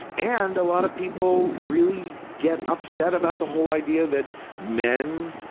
and a lot of people really get upset about the whole idea that men